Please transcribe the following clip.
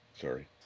Sorry